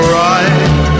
right